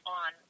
on